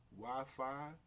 Wi-Fi